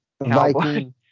viking